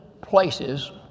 places